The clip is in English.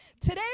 Today